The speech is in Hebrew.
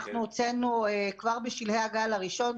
אנחנו הוצאנו הנחיות כבר בשלהי הגל הראשון,